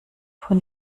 von